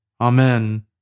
Amen